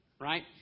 right